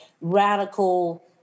radical